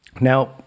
Now